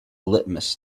litmus